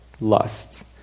lusts